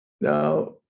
Now